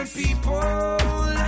people